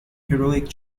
heroic